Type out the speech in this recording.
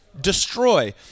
destroy